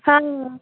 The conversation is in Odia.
ହଁ